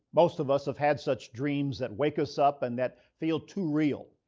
most of us have had such dreams that wake us up and that feel too real.